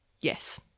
Yes